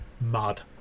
mud